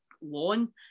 lawn